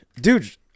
Dude